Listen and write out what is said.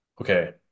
okay